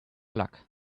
luck